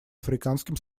африканским